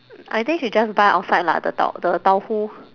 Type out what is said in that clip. I think she just buy outside lah the tau~ the tauhu